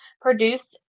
produced